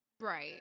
right